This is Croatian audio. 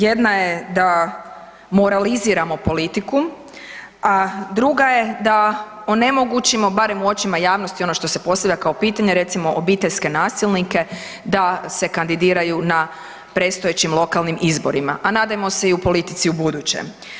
Jedna je da moraliziramo politiku, a druga je da onemogućimo barem u očima javnosti ono što se postavlja kao pitanje recimo obiteljske nasilnike da se kandidiraju na predstojećim lokalnim izborima, a nadajmo se i u politici ubuduće.